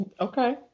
Okay